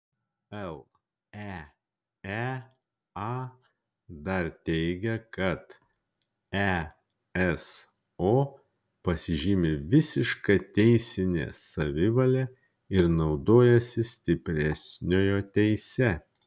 leea dar teigia kad eso pasižymi visiška teisine savivale ir naudojasi stipresniojo teise